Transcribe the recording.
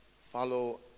follow